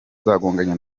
zagonganye